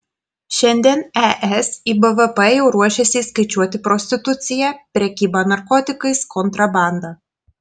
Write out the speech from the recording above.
šiandien es į bvp jau ruošiasi įskaičiuoti prostituciją prekybą narkotikais kontrabandą